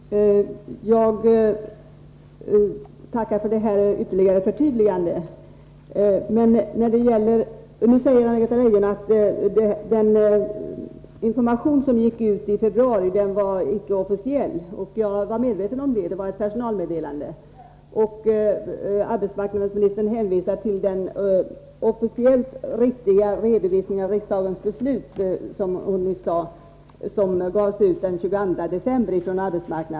Herr talman! Jag tackar för detta ytterligare förtydligande. Nu säger Anna-Greta Leijon att den information som gick ut i februari inte var officiell. Jag är medveten om detta. Det var ett personalmeddelande. Arbetsmarknadsministern hänvisar till den officiella riktiga redovisning av riksdagens beslut som arbetsmarknadsstyrelsen gav den 22 december.